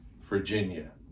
Virginia